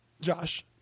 Josh